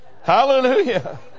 Hallelujah